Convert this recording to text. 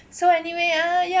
so anyway ah ya